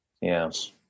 yes